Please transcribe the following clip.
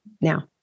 Now